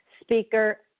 speaker